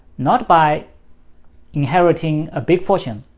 not by inheriting a big fortune,